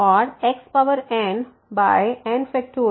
और xnn